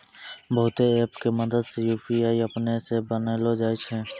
बहुते ऐप के मदद से यू.पी.आई अपनै से बनैलो जाय छै